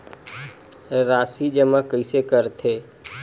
राशि जमा कइसे करथे?